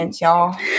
y'all